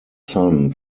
son